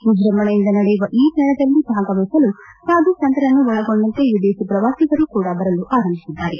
ವಿಜ್ಯಂಭಣೆಯಿಂದ ನಡೆಯುವ ಈ ಮೇಳದಲ್ಲಿ ಭಾಗವಹಿಸಲು ಸಾಧು ಸಂತರನ್ನು ಒಳಗೊಂಡಂತೆ ವಿದೇಶಿ ಪ್ರವಾಸಿಗರು ಕೂಡಾ ಬರಲು ಆರಂಭಿಸಿದ್ದಾರೆ